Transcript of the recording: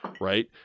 right